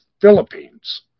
Philippines